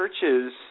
churches